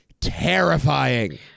terrifying